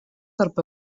arba